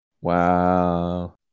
Wow